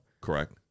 Correct